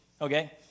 okay